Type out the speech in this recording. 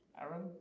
Aaron